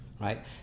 right